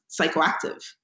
psychoactive